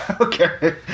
Okay